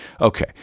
Okay